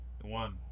One